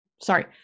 sorry